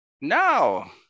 No